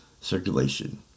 circulation